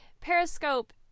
Periscope